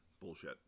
bullshit